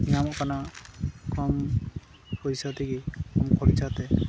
ᱧᱟᱢᱚᱜ ᱠᱟᱱᱟ ᱠᱚᱢ ᱯᱚᱭᱥᱟ ᱛᱮᱜᱮ ᱠᱚᱢ ᱠᱷᱚᱨᱪᱟ ᱛᱮ